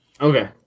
okay